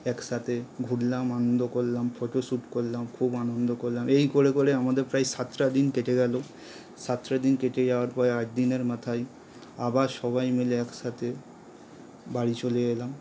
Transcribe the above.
একসাথে ঘুরলাম আনন্দ করলাম ফটো শ্যুট করলাম খুব আনন্দ করলাম এই করে করে আমাদের প্রায় সাতটা দিন কেটে গেল সাতটা দিন কেটে যাওয়ার পরে আট দিনের মাথায় আবার সবাই মিলে একসাথে বাড়ি চলে এলাম